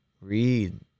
Read